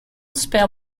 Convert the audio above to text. spell